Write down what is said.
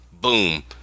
boom